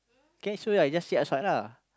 kay so I just sit outside lah